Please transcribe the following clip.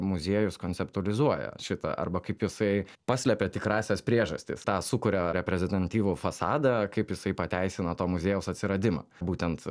muziejus konceptualizuoja šitą arba kaip jisai paslepia tikrąsias priežastis tą sukuria reprezentatyvų fasadą kaip jisai pateisina to muziejaus atsiradimą būtent